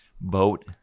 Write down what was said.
boat